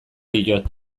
diot